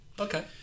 Okay